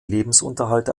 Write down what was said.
lebensunterhalt